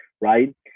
right